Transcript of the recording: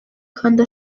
kandi